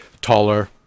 taller